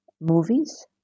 movies